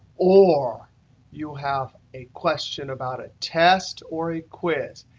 or you have a question about a test or a quiz.